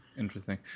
Interesting